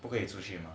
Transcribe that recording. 不可以出去吗